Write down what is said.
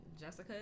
Jessica